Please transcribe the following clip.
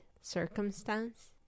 circumstance